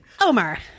omar